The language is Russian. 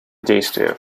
действию